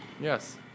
Yes